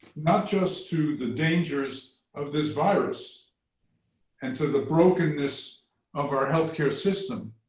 not just to the dangers of this virus and to the brokenness of our health care system,